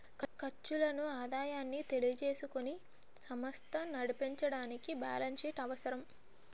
ఖర్చులను ఆదాయాన్ని తెలియజేసుకుని సమస్త నడిపించడానికి బ్యాలెన్స్ షీట్ అవసరం